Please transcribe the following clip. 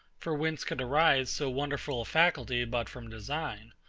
for whence could arise so wonderful a faculty but from design?